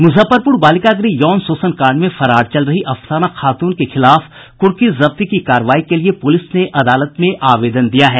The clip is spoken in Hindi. मुजफ्फरपुर बालिका गृह यौन शोषण कांड मामले में फरार चल रही अफसाना खातून के खिलाफ कुर्की जब्ती की कार्रवाई के लिए पुलिस ने अदालत में आवेदन दिया है